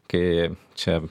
kai čia